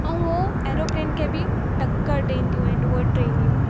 ऐं हो एरोप्लेन खे बि टकरु ॾींदियूं आहिनि उहे ट्रेनियूं